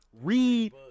read